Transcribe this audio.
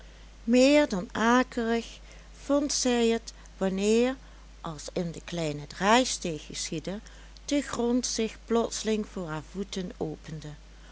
meer dan akelig vond zij het wanneer als in de kleine draaisteeg geschiedde de grond zich plotseling voor haar voeten opende